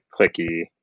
clicky